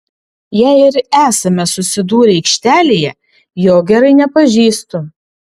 jei ir esame susidūrę aikštelėje jo gerai nepažįstu